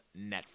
Netflix